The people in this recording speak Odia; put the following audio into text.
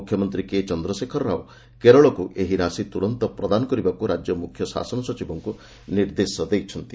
ମୁଖ୍ୟମନ୍ତ୍ରୀ କେଚନ୍ଦ୍ରଶେଖର ରାଓ କେରଳକୁ ଏହି ରାଶି ତୁରନ୍ତ ପ୍ରଦାନ କରିବାକୁ ରାଜ୍ୟର ମୁଖ୍ୟଶାସନ ସଚିବଙ୍କୁ ନିର୍ଦ୍ଦେଶ ଦେଇଛନ୍ତି